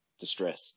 distress